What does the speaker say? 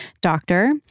doctor